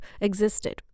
existed